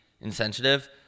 insensitive